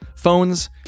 Phones